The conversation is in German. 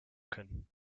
können